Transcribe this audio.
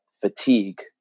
fatigue